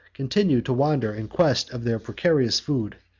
continued to wander in quest of their precarious food.